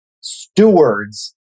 stewards